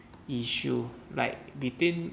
issue like between